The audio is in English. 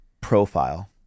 profile